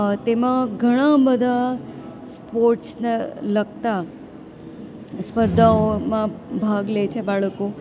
તેમાં ઘણા બધા સ્પોર્ટ્સને લગતા સ્પર્ધાઓમાં ભાગ લે છે બાળકો